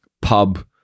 pub